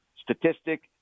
statistic